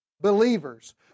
believers